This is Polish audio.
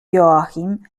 joachim